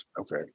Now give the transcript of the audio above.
Okay